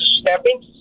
stepping